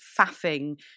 faffing